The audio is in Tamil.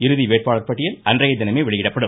இறுதி வேட்பாளர் பட்டியல் அன்றைய தினமே வெளியிடப்படும்